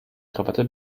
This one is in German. krawatte